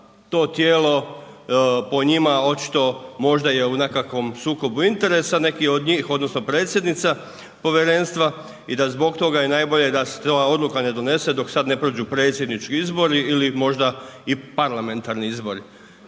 to tijelo po njima očito možda je u nekakvom sukobu interesa, neki od njih odnosno predsjednica povjerenstva i da zbog je najbolje da se ta odluka ne donese dok sad ne prođu predsjednički izbori ili možda i parlamentarni izbori.